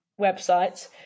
websites